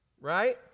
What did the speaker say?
right